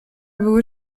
były